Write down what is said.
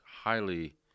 highly